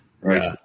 Right